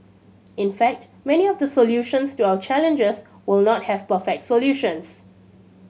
in fact many of the solutions to our challenges will not have perfect solutions